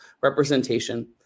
representation